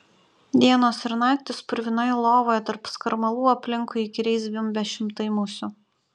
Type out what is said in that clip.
dienos ir naktys purvinoje lovoje tarp skarmalų aplinkui įkyriai zvimbia šimtai musių